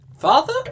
Father